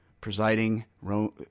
Presiding